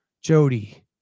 Jody